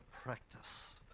practice